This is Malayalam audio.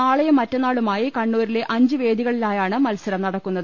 നാളെയും മറ്റന്നാളുമായി കണ്ണൂ രിലെ അഞ്ച് വേദികളിലായാണ് മത്സരം നടക്കുന്നത്